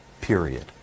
period